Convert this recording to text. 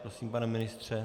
Prosím, pane ministře.